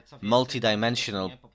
multidimensional